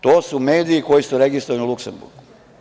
To su mediji koji su registrovani u Luksemburgu.